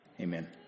Amen